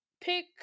pick